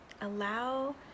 allow